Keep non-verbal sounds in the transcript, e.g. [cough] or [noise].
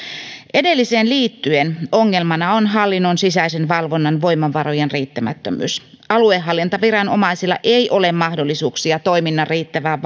edelliseen liittyen ongelmana on hallinnon sisäisen valvonnan voimavarojen riittämättömyys aluehallintoviranomaisilla ei ole mahdollisuuksia toiminnan riittävään [unintelligible]